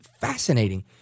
fascinating